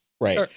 Right